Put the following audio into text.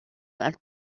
and